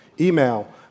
Email